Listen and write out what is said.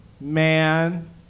man